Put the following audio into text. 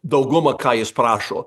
daugumą ką jis prašo